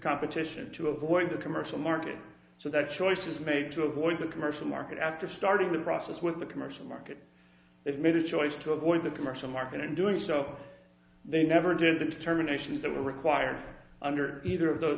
competition to avoid the commercial market so that choice is made to avoid the commercial market after starting the process with the commercial market it made a choice to avoid the commercial market in doing so they never did the terminations that were required under either of those